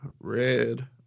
red